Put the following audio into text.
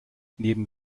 neben